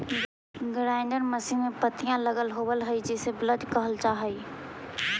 grinder machine में पत्तियाँ लगल होव हई जिसे ब्लेड कहल जा हई